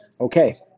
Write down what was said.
Okay